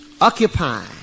Occupy